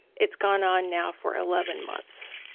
it's gone on now for eleven months,